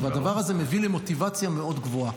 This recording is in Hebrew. והדבר הזה מביא למוטיבציה מאוד גבוהה.